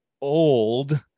old